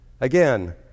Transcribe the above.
Again